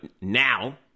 now